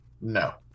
No